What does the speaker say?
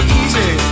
easy